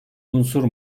unsur